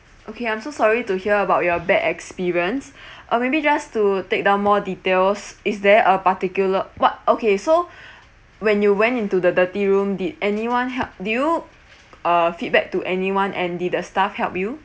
okay I'm so sorry to hear about your bad experience uh maybe just to take down more details is there a particular what okay so when you went into the dirty room did anyone help did you uh feedback to anyone and did the staff help you